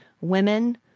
women